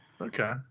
okay